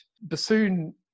Bassoon